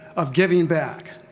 of giving back,